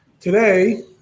Today